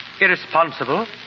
Irresponsible